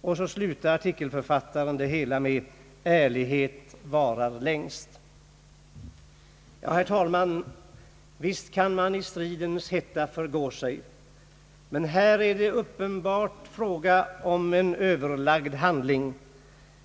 Och så slutar artikelförfattaren det hela med: »Ärlighet varar längst.» Herr talman, visst kan man i stridens hetta förgå sig, men här är det uppenbart fråga om en överlagd handling.